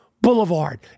Boulevard